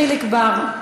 חבר הכנסת חיליק בר,